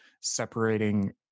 separating